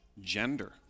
Gender